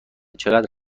چقدر